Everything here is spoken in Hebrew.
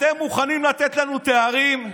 אתם מוכנים לתת לנו תארים,